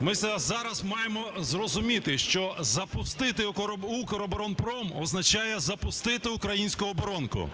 Ми зараз маємо зрозуміти, що запустити Укроборонпром – означає запустити українську оборонку.